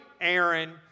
Aaron